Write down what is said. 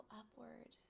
upward